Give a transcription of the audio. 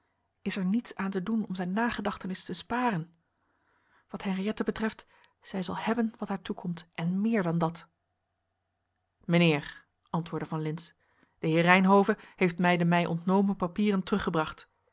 is er niets aan te doen om zijn nagedachtenis te sparen wat henriëtte betreft zij zal hebben wat haar toekomt en meer dan dat mijnheer antwoordde van lintz de heer reynhove heeft mij de mij ontnomen papieren teruggebracht